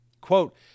quote